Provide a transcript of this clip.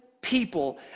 people